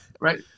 right